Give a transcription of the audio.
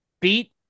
beat